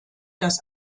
das